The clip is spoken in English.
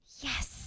yes